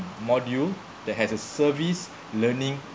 module that has a service learning